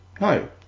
No